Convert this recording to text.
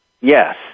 Yes